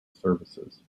services